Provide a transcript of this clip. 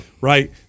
Right